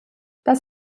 das